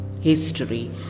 history